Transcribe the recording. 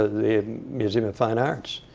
the museum of fine arts,